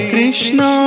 Krishna